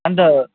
अन्त